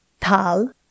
tal